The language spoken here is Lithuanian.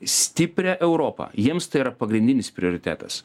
stiprią europą jiems tai yra pagrindinis prioritetas